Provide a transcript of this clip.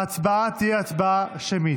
ההצבעה תהיה הצבעה שמית,